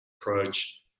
approach